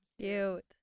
Cute